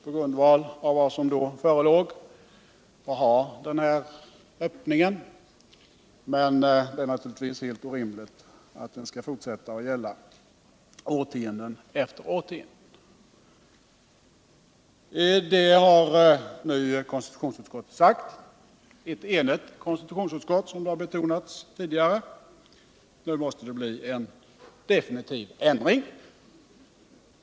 på grundval av vad som då förelåg, vara rimligt att ha den här öppningen, men det är naturligtvis helt orimligt att den skall fortsätta att gälla årtionde efter årtionde. Nu har ett enigt konstitutionsutskott, vilket tidigare har betonats, sagt att det måste bli en definitiv ändring.